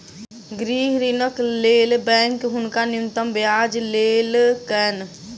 गृह ऋणक लेल बैंक हुनका न्यूनतम ब्याज लेलकैन